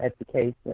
education